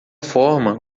forma